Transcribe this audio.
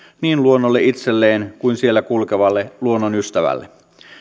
niin luonnolle itselleen kuin siellä kulkevalle luonnonystävälle